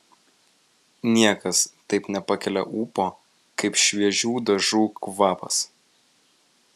niekas taip nepakelia ūpo kaip šviežių dažų kvapas